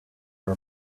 are